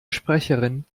sprecherin